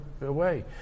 away